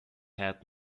had